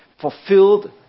fulfilled